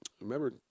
remember